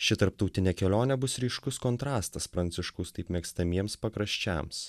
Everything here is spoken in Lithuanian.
ši tarptautinė kelionė bus ryškus kontrastas pranciškaus taip mėgstamiems pakraščiams